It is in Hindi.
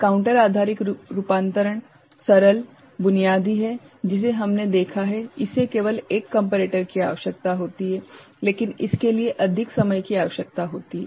काउंटर आधारित रूपांतरण सरल बुनियादी है जिसे हमने देखा है इसे केवल एक कम्पेरेटर की आवश्यकता होती है लेकिन इसके लिए अधिक समय की आवश्यकता होती है